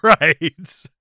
Right